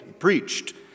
preached